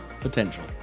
potential